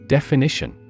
Definition